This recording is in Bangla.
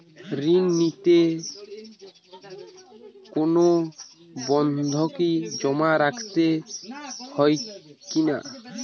ঋণ নিতে কোনো বন্ধকি জমা রাখতে হয় কিনা?